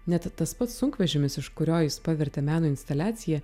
net tas pats sunkvežimis iš kurio jis pavertė meno instaliacija